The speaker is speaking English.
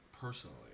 Personally